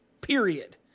period